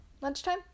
lunchtime